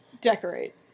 decorate